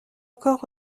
encore